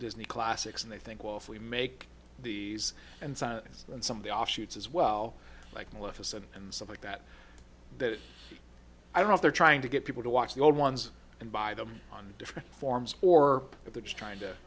disney classics and they think well if we make these and some of the offshoots as well like malicious and some like that that i don't know if they're trying to get people to watch the old ones and buy them on different forms or if they're just trying to